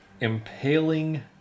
Impaling